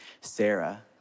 Sarah